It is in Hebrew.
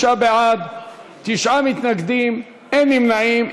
63 בעד, תשעה מתנגדים, אין נמנעים.